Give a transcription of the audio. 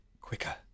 quicker